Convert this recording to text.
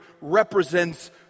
represents